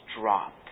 dropped